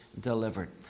delivered